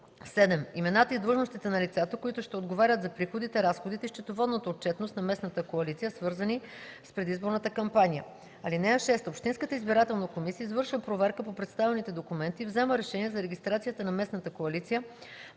7. имената и длъжностите на лицата, които ще отговарят за приходите, разходите и счетоводната отчетност на местната коалиция, свързани с предизборната кампания; (6) Общинската избирателна комисия извършва проверка по представените документи и взема решение за регистрацията на местната коалиция